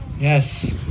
yes